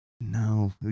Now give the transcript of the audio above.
No